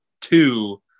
two